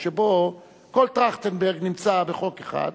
שבו כל "טרכטנברג" נמצא בחוק אחד,